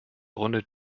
grunde